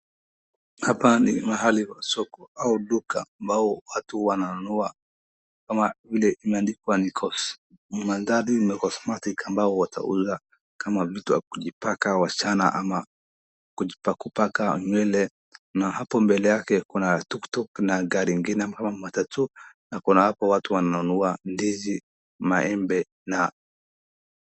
Hapa ni mahali pa soko au duka ambao watu wananunua na vile imeandikwa nikos , mandhari ya cosmetic ambao watauza kama vitu ya kujipaka wasichana ama kujipakapaka nywele na hapo mbele yake kuna tuktuk na gari ingine hapo matatu na kuna hapo watu wananunua ndizi, maembe na.